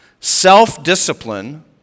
Self-discipline